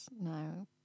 no